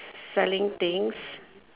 selling things